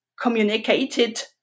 communicated